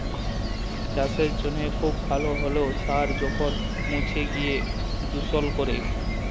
চাসের জনহে খুব ভাল হ্যলেও সার যখল মুছে গিয় দুষল ক্যরে